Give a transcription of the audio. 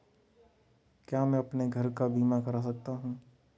क्या मैं अपने घर का बीमा करा सकता हूँ?